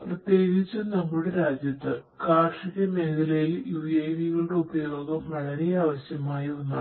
പ്രത്യേകിച്ചും നമ്മുടെ രാജ്യത്ത് കാർഷിക മേഖലയിൽ UAV കളുടെ ഉപയോഗം വളരെ ആവശ്യമായ ഒന്നാണ്